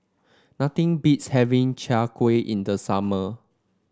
nothing beats having Chai Kuih in the summer